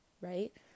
right